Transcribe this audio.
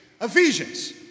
Ephesians